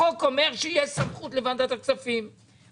החוק אומר שיש סמכות לוועדת הכספים.